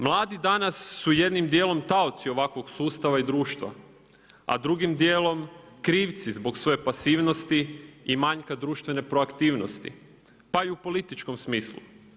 Mladi danas su jednim dijelom taoci ovakvog sustava i društva, a drugim dijelom krivci zbog svoje pasivnosti i manjka društvene proaktivnosti, pa i u političkom smislu.